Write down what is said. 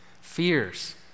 fears